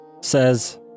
says